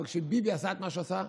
אבל כשביבי עשה את מה שהוא עשה,